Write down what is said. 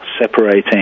separating